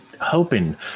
hoping